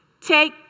Take